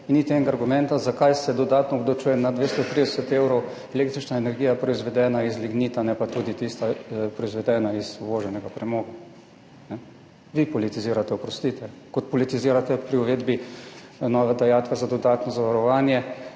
enega argumenta, zakaj se dodatno obdavčuje nad 230 evrov električna energija, proizvedena iz lignita, ne pa tudi tista, proizvedena iz uvoženega premoga. Vi politizirate, oprostite. Kot tudi politizirate pri uvedbi nove dajatve za dodatno zavarovanje.